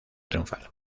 triunfal